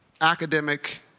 academic